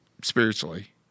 spiritually